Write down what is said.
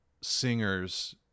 singers